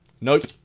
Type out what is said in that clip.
Nope